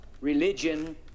religion